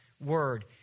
word